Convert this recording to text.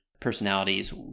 personalities